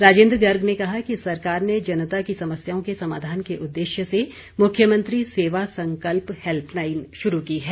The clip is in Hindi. राजेन्द्र गर्ग ने कहा कि सरकार ने जनता की समस्याओं के समाधान के उददेश्य से मुख्यमंत्री सेवा संकल्प हैल्पलाइन शुरू की है